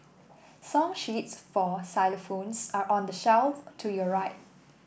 song sheets for xylophones are on the shelf to your right